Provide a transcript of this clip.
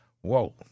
whoa